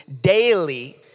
daily